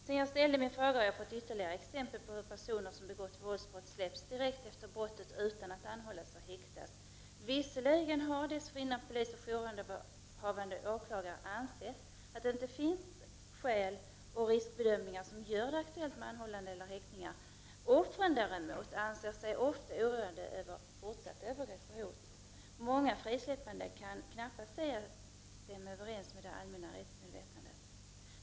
Sedan jag ställde min fråga, har jag fått ytterligare exempel på hur personer som begått våldsbrott släppts direkt efter brottet utan att anhållas eller häktas. Visserligen har dessförinnan polis eller jourhavande åklagare bedömt att det inte finns risker som gör det aktuellt med anhållanden eller häktningar. Offren däremot är ofta oroade över fortsatta övergrepp och hot. Många frisläppanden kan knappast sägas stämma överens med det allmänna rättsmedvetandet.